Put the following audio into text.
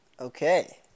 Okay